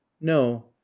No